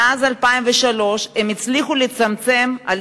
מאז 2003 הם הצליחו לצמצם את הגירעון,